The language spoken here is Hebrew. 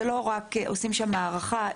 זה לא רק עושים שם הערכה,